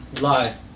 live